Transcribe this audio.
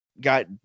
got